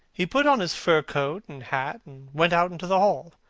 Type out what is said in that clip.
he put on his fur coat and hat and went out into the hall.